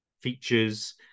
features